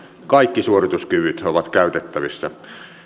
kaikki suorituskyvyt ovat käytettävissä